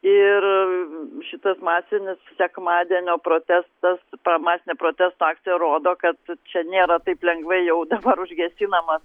ir šitas masinis sekmadienio protestas masinio protesto akcija rodo kad čia nėra taip lengvai jau dabar užgesinamas